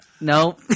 no